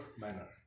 manner